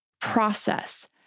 process